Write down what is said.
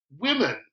women